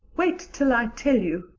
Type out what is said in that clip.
wait till i tell you.